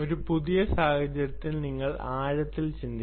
ഒരു പുതിയ സാഹചര്യത്തിനായി നിങ്ങൾ ആഴത്തിൽ ചിന്തിക്കണം